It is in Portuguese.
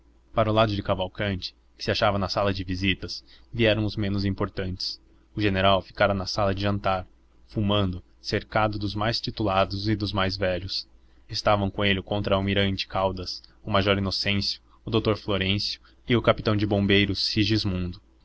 para o lado de cavalcanti que se achava na sala de visitas vieram os menos importantes o general ficara na sala de jantar fumando cercado dos mais titulados e dos mais velhos estavam com ele o contra almirante caldas o major inocêncio o doutor florêncio e o capitão de bombeiros